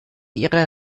ihrer